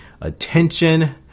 attention